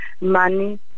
money